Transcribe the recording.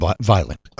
violent